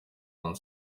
and